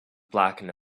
blackened